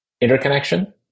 interconnection